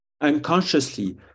unconsciously